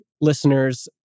listeners